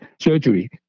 surgery